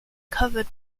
covered